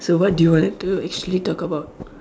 so what do you want to actually talk about